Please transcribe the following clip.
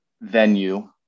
venue